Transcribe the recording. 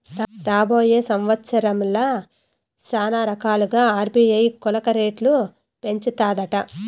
రాబోయే సంవత్సరాల్ల శానారకాలుగా ఆర్బీఐ కోలక రేట్లు పెంచతాదట